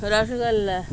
rosogolla